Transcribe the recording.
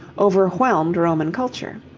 overwhelmed roman culture.